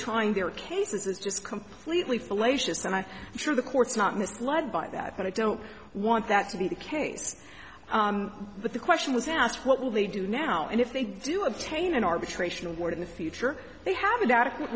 trying their cases is just completely fallacious and i'm sure the court's not misled by that and i don't want that to be the case but the question was asked what will they do now and if they do obtain an arbitration award in the future they have an adequate